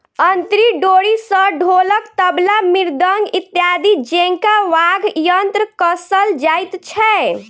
अंतरी डोरी सॅ ढोलक, तबला, मृदंग इत्यादि जेंका वाद्य यंत्र कसल जाइत छै